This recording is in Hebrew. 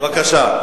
בבקשה.